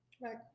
right